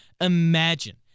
imagine